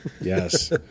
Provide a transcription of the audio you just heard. yes